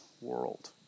world